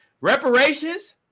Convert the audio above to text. Reparations